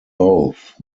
both